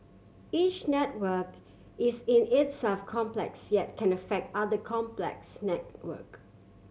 each network is in itself complex yet can affect other complex network